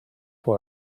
for